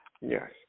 Yes